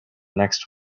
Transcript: next